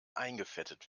eingefettet